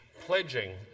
pledging